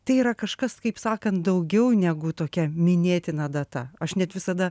tai yra kažkas kaip sakant daugiau negu tokia minėtina data aš net visada